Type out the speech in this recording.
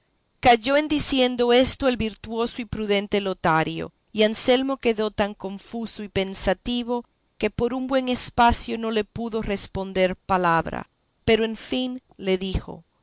calló en diciendo esto el virtuoso y prudente lotario y anselmo quedó tan confuso y pensativo que por un buen espacio no le pudo responder palabra pero en fin le dijo